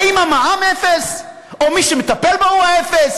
האם המע"מ אפס, או מי שמטפל בו הוא האפס?